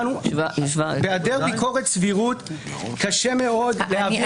בהיעדר ביקורת סבירות קשה מאוד להעביר